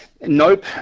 Nope